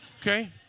okay